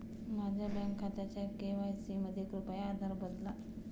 माझ्या बँक खात्याचा के.वाय.सी मध्ये कृपया आधार बदला